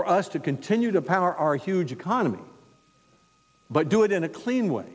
for us to continue to power our huge economy but do it in a clean way